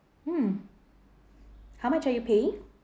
mm how much are you paying